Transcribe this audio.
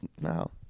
No